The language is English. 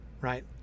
right